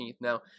Now